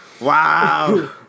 Wow